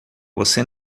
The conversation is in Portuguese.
você